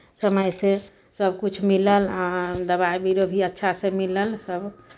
समयसँ सभकिछु मिलल आ दबाइ बीरो भी अच्छासँ मिलल सभ